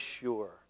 sure